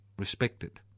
respected